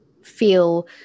feel